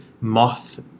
moth